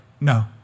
No